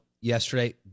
yesterday